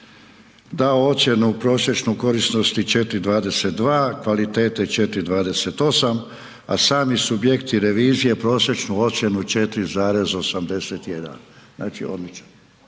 dao ocjenu prosječnu korisnosti 4.22, kvalitete 4.28, a sami subjekti revizije prosječnu ocjenu 4.81. Znači odlično.